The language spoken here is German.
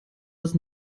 das